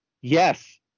yes